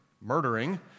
murdering